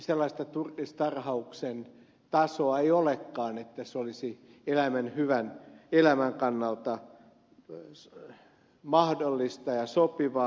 sellaista turkistarhauksen tasoa ei olekaan että se olisi eläimen hyvän elämän kannalta mahdollista ja sopivaa